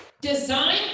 design